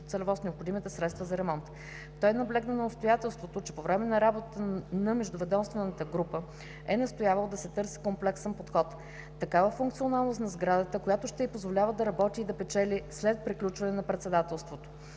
целево с необходимите средства за ремонт. Той наблегна на обстоятелството, че по време на работата на междуведомствената работна група е настоявал да се търси комплексен подход – такава функционалност на сградата, която ще й позволява да работи и да печели след приключване на председателството.